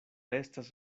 estas